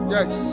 Yes